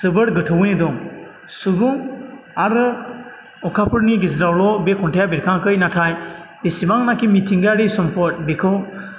जोबोर गोथोवैनो दं सुबुं आरो अखाफोरनि गेजेरावल' बे खन्थाइया बेरखाङाखै नाथाय इसेबांनाखि मिथिंगायारि सम्फद बेखौ